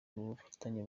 rw’ubufatanye